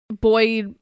boy